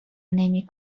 نمی